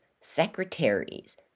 secretaries